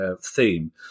theme